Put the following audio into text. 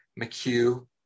McHugh